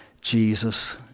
Jesus